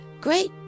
great